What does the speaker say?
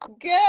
good